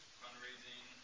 fundraising